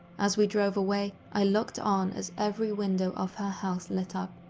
as we drove away, i looked on as every window of her house lit up,